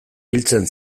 biltzen